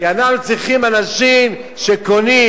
כי אנחנו צריכים אנשים שקונים,